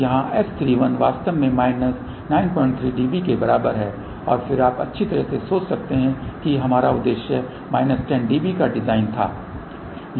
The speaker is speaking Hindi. अब यहाँ S31 वास्तव में माइनस 93 dB के बराबर है फिर आप अच्छी तरह से सोच सकते हैं कि हमारा उद्देश्य माइनस 10 dB का डिज़ाइन था